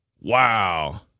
Wow